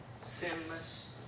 sinless